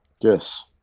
Yes